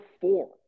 four